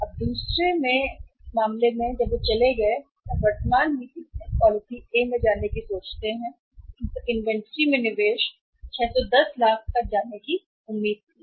अब दूसरे में मामला जब वे चले गए या वे वर्तमान नीति से पॉलिसी ए में जाने की सोचते हैं तो द इन्वेंट्री में निवेश 610 लाख तक जाने की उम्मीद थी